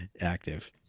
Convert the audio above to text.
active